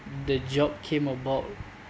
the job came about